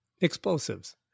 Explosives